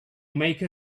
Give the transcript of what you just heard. make